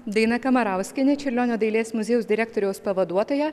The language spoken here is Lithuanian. daina kamarauskienė čiurlionio dailės muziejaus direktoriaus pavaduotoja